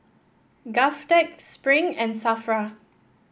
Govtech Spring and Safra